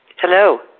Hello